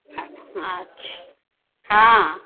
हँ अच्छे हँ